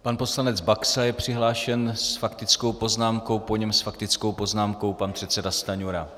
Pan poslanec Baxa je přihlášen s faktickou poznámkou, po něm s faktickou poznámkou pan předseda Stanjura.